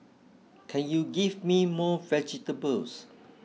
can you give me more vegetables